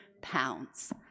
pounds